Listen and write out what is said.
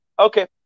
Okay